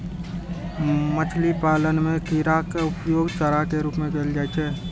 मछली पालन मे कीड़ाक उपयोग चारा के रूप मे कैल जाइ छै